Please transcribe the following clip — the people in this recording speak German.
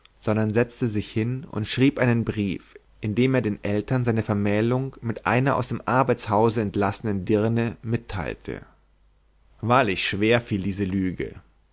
sondern setzte sich hin und schrieb einen brief in dem er den eltern seine vermählung mit einer aus dem arbeitshause entlassenen dirne mitteilte wahrlich schwer fiel diese lüge